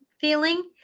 feeling